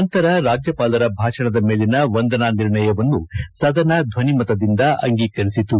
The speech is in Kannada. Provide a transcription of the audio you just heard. ನಂತರ ರಾಜ್ಯಪಾಲರ ಭಾಷಣದ ಮೇಲಿನ ವಂದನಾ ನಿರ್ಣಯವನ್ನು ಸದನ ಧ್ವನಿಮತದಿಂದ ಅಂಗೀಕರಿಸಿತು